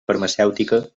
farmacèutica